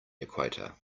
equator